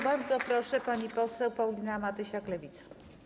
Bardzo proszę, pani poseł Paulina Matysiak, Lewica.